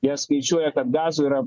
jie skaičiuoja kad gazoj yra